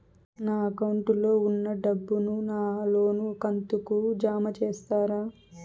నా అకౌంట్ లో ఉన్న డబ్బును నా లోను కంతు కు జామ చేస్తారా?